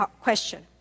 question